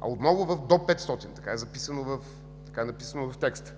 а отново в „до 500” – така е записано в текста,